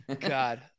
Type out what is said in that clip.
God